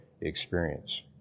experience